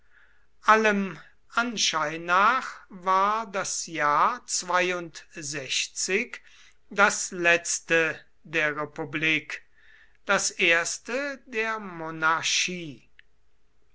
allem anschein nach war das jahr das letzte der republik das erste der monarchie